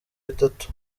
bitatu